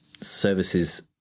Services